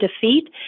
defeat